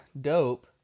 dope